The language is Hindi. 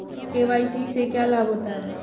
के.वाई.सी से क्या लाभ होता है?